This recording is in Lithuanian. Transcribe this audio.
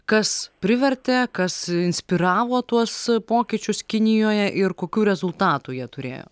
kas privertė kas inspiravo tuos pokyčius kinijoje ir kokių rezultatų jie turėjo